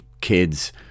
kids